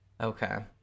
Okay